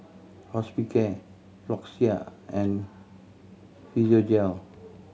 Hospicare Floxia and Physiogel